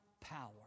power